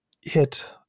hit